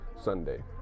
Sunday